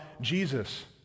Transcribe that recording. Jesus